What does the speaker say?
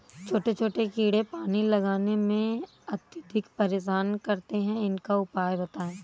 छोटे छोटे कीड़े पानी लगाने में अत्याधिक परेशान करते हैं इनका उपाय बताएं?